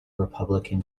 republican